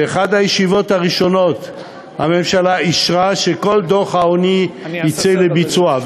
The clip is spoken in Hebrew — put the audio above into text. באחת הישיבות הראשונות הממשלה אישרה שכל דוח העוני יצא לביצוע,